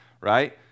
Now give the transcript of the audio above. right